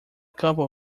couple